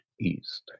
east